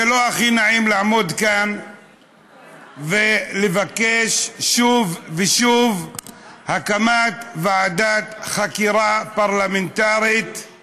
זה לא הכי נעים לעמוד כאן ולבקש שוב ושוב הקמת ועדת חקירה פרלמנטרית על